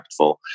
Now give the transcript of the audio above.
impactful